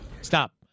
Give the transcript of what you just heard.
Stop